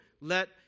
let